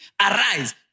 Arise